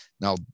Now